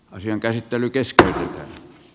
asian käsittely keskeytetään